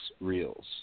Reels